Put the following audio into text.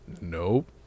Nope